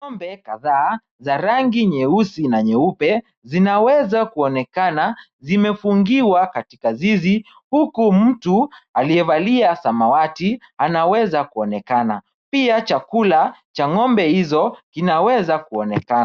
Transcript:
Ng'ombe kadhaa za rangi nyeusi na nyeupe zinaweza kuonekana zimefungiwa katika zizi huku mtu aliyevalia samawati anaweza kuonekana. Pia chakula cha ng'ombe hizo kinaweza kuonekana.